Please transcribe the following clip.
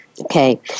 Okay